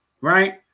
right